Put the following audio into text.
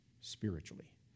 spiritually